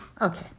Okay